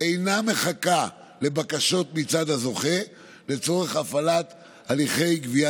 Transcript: אינה מחכה לבקשות מצד הזוכה לצורך הפעלת הליכי גבייה